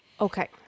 Okay